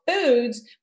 foods